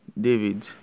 David